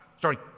Sorry